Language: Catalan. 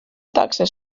taxes